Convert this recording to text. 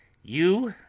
you,